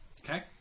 Okay